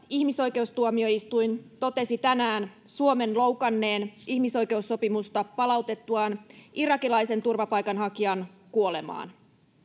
ihmisoikeustuomioistuin totesi tänään suomen loukanneen ihmisoikeussopimusta palautettuaan irakilaisen turvapaikanhakijan kuolemaan